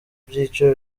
byiciro